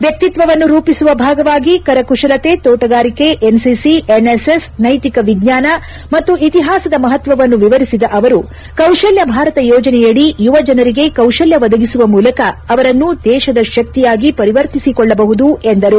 ವ್ಯಕ್ತಿತ್ವವನ್ನು ರೂಪಿಸುವ ಭಾಗವಾಗಿ ಕರಕುಶಲತೆ ತೋಟಗಾರಿಕೆ ಎನ್ಸಿಸಿ ಎನ್ಎಸ್ಎಸ್ ನೈತಿಕ ವಿಜ್ಞಾನ ಮತ್ತು ಇತಿಹಾಸದ ಮಹತ್ವವನ್ನು ವಿವರಿಸಿದ ಅವರು ಕೌಶಲ್ಲ ಭಾರತ ಯೋಜನೆಯಡಿ ಯುವ ಜನರಿಗೆ ಕೌಶಲ್ಲ ಬದಗಿಸುವ ಮೂಲಕ ಅವರನ್ನು ದೇಶದ ಶಕ್ತಿಯಾಗಿ ಪರಿವರ್ತಿಸಿಕೊಳ್ಟಬಹುದು ಎಂದರು